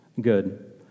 good